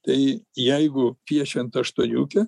tai jeigu piešiant aštuoniukę